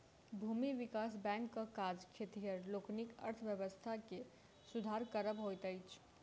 भूमि विकास बैंकक काज खेतिहर लोकनिक अर्थव्यवस्था के सुधार करब होइत अछि